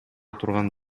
турган